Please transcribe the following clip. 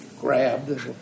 grabbed